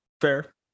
Fair